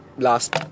Last